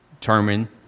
determine